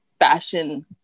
fashion